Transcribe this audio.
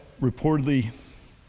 reportedly